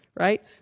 right